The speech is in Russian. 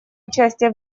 участие